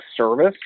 service